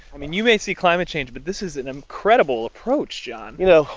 i mean, you may see climate change, but this is an incredible approach, john you know,